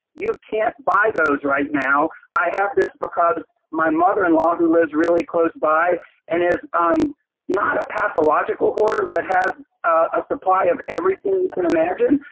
you can't buy those right now. i have this because my mother-in-law who lives really close by and is um not a pathological hoarder, but has a supply of everything you could imagine,